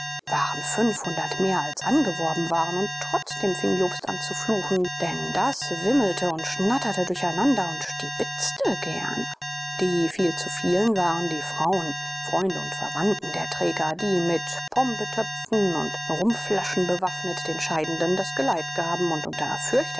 waren mehr als angeworben waren und trotzdem fing jobst an zu fluchen denn das wimmelte und schnatterte durcheinander und stiebitzte gern die vielzuvielen waren die frauen freunde und verwandten der träger die mit pombetöpfen und rumflaschen bewaffnet den scheidenden das geleit gaben und